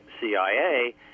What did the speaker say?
CIA